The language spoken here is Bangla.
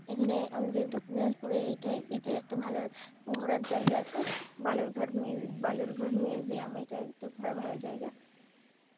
এখানে আমাদের দক্ষিণ দিনাজপুরে এইটাই এটাই একটা ভালো ঘোরার জায়গা আছে বালুরঘাট মিউ বালুরঘাট মিউজিয়াম এটাই একটা ঘোরার ভালো জায়গা